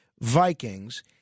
Vikings